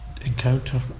encounter